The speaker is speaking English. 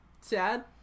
Sad